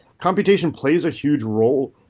computation plays a huge role,